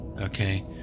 okay